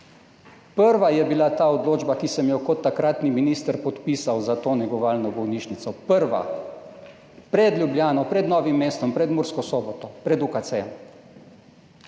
Prva je bila ta odločba, ki sem jo kot takratni minister podpisal za to negovalno bolnišnico, prva, pred Ljubljano, pred Novim mestom, pred Mursko Soboto, pred UKC.